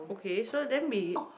okay so then we